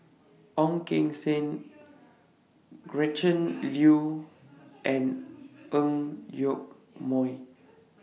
Ong Keng Sen Gretchen Liu and Ang Yoke Mooi